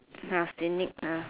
ah scenic ah